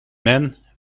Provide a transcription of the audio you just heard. men